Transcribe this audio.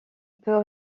peut